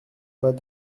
pas